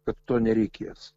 kad to nereikės